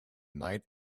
night